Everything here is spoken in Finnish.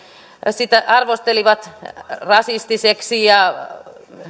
sitä arvostelivat rasistiseksi